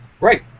Right